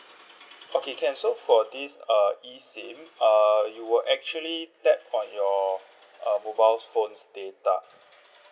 okay can so for this uh E SIM err you will actually tap on your uh mobile phone's data